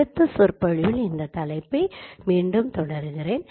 அடுத்த சொற்பொழிவில் இந்த தலைப்பை மீண்டும் தொடருகிறேன்